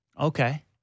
Okay